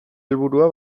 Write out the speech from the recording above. helburua